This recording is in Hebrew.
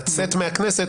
לצאת מהכנסת,